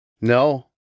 no